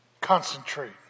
Concentrate